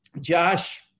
Josh